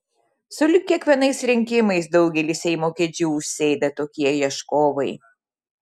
sulig kiekvienais rinkimais daugelį seimo kėdžių užsėda tokie ieškovai